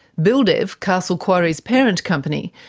buildev, castle quarry's parent company,